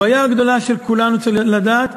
הבעיה הגדולה של כולנו, צריך לדעת,